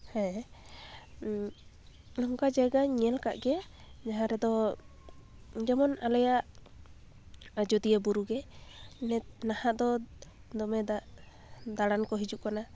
ᱦᱮᱸ ᱱᱚᱝᱠᱟ ᱡᱟᱭᱜᱟᱧ ᱧᱮᱞ ᱟᱠᱟᱫ ᱜᱮᱭᱟ ᱡᱟᱦᱟᱸ ᱨᱮᱫᱚ ᱡᱮᱢᱚᱱ ᱟᱞᱮᱭᱟᱜ ᱟᱡᱳᱫᱤᱭᱟᱹ ᱵᱩᱨᱩ ᱜᱮ ᱱᱤᱛ ᱱᱟᱦᱟᱜ ᱫᱚ ᱫᱚᱢᱮ ᱫᱟᱜ ᱫᱟᱬᱟᱱ ᱠᱚ ᱦᱤᱡᱩᱜ ᱠᱟᱱᱟ